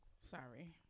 Sorry